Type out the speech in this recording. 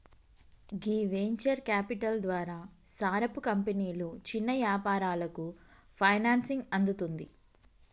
గీ venture capital ద్వారా సారపు కంపెనీలు చిన్న యాపారాలకు ఫైనాన్సింగ్ అందుతుంది